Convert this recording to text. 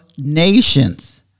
nations